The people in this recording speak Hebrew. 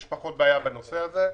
יש פחות בעיה בנושא הזה,